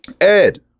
Ed